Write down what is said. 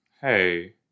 Hey